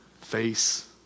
face